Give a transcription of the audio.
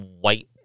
white